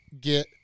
get